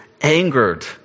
angered